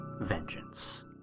vengeance